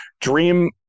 dream